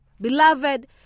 Beloved